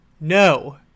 no